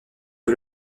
que